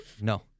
No